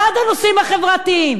בעד הנושאים החברתיים.